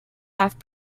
have